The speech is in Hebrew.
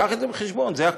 קח את זה בחשבון, זה הכול.